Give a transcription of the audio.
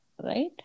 right